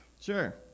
Sure